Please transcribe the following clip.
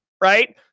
right